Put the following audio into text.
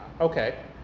okay